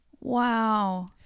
wow